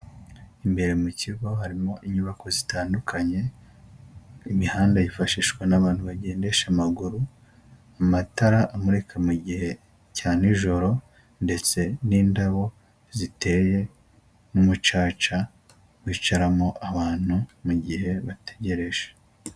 Imbere mu kigo harimo inyubako zitandukanye imihanda yifashishwa n'abantu bagendesha amaguru amatara amurika mu gihe cya nijoro ndetse n'indabo ziteye n'umucaca bicaramo abantu mu gihe bategereje.